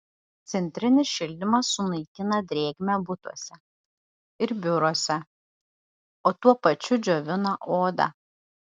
centrinis šildymas sunaikina drėgmę butuose ir biuruose o tuo pačiu džiovina odą